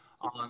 on